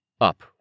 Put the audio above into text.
Up